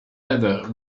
heather